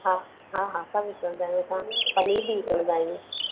हा हा हा सभु विकिणींदा आहियूं असां पनीर बि विकिणींदा आहियूं